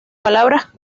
palabras